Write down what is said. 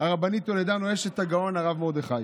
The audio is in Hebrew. הרבנית טולדנו, אשת הגאון הרב מרדכי.